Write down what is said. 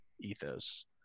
ethos